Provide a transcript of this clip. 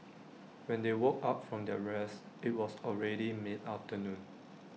when they woke up from their rest IT was already mid afternoon